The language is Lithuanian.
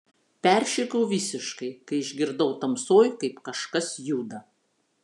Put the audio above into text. peršikau visiškai kai išgirdau tamsoj kaip kažkas juda